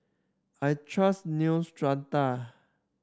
I trust Neostrata